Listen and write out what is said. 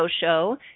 show